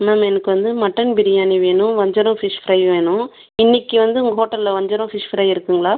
ma'am எனக்கு வந்து mutton biryani வேணும் வஞ்சரம் ஃபிஷ் ஃப்ரை வேணும் இன்றைக்கி வந்து உங்கள் ஹோட்டலில் வஞ்சரம் ஃபிஷ் ஃப்ரை இருக்குங்களா